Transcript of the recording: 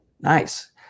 Nice